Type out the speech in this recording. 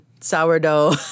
sourdough